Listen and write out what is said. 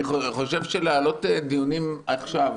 אני חושב שלהעלות דיונים לעכשיו,